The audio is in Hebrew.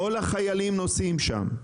כל החיילים נוסעים שם.